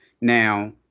Now